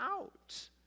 out